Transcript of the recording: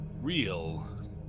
real